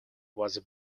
was